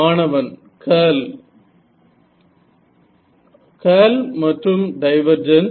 மாணவன் curl curl மற்றும் divergence